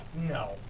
No